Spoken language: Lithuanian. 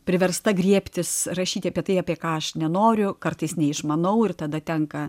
priversta griebtis rašyti apie tai apie ką aš nenoriu kartais neišmanau ir tada tenka